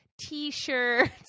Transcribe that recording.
t-shirts